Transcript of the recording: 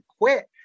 quit